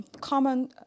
Common